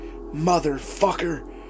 Motherfucker